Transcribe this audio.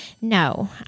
No